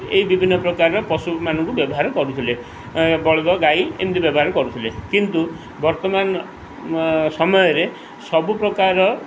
ଏହି ବିଭିନ୍ନ ପ୍ରକାରର ପଶୁମାନଙ୍କୁ ବ୍ୟବହାର କରୁଥିଲେ ବଳଦ ଗାଈ ଏମିତି ବ୍ୟବହାର କରୁଥିଲେ କିନ୍ତୁ ବର୍ତ୍ତମାନ ସମୟରେ ସବୁପ୍ରକାର